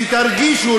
שתרגישו,